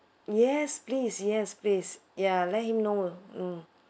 yes please yes please ya let him know mm